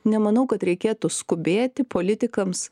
nemanau kad reikėtų skubėti politikams